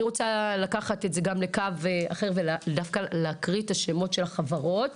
אני רוצה לקחת את זה גם לקו אחר ודווקא להקריא את השמות של החברות,